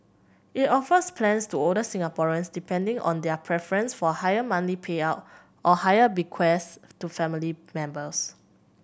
it offers plans to older Singaporeans depending on their preference for higher monthly payout or higher bequests to family members